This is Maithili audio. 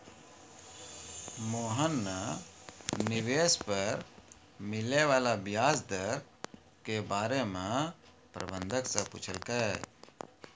मोहन न निवेश पर मिले वाला व्याज दर के बारे म प्रबंधक स पूछलकै